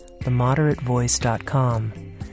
themoderatevoice.com